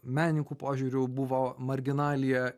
menininkų požiūriu buvo marginalija